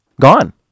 Gone